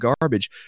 garbage